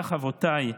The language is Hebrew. כך אבותיי,